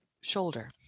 shoulder